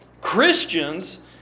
Christians